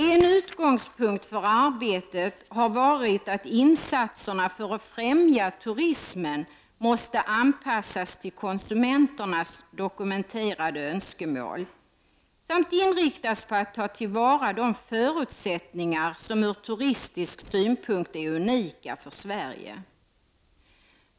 En utgångspunkt för arbetet har varit att insatserna för att främja turismen måste anpassas till konsumenternas dokumenterade önskemål samt inriktas på att ta till vara de förutsättningar som ur turistisk synpunkt är unika för Sverige.